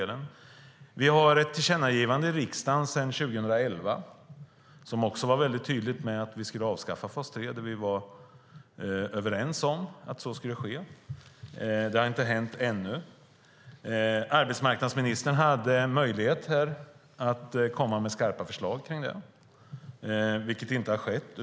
Vi har ett tillkännagivande i riksdagen sedan 2011. Där var vi också tydliga med att vi ska avskaffa fas 3; vi var överens om att så skulle ske. Det har inte hänt ännu. Arbetsmarknadsministern hade en möjlighet att komma med skarpa förslag om detta, vilket inte har skett.